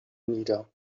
nieder